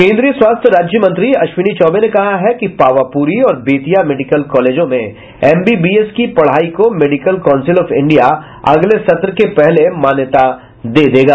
केंद्रीय स्वास्थ्य राज्यमंत्री अश्विनी चौबे ने कहा है कि पावापुरी और बेतिया मेडिकल कॉलेजों में एमबीबीएस की पढ़ाई को मेडिकल काउंसिल ऑफ इंडिया अगले सत्र के पहले मान्यता दे देगी